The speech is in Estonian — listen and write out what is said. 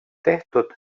tehtud